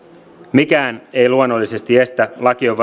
mikään ei luonnollisesti estä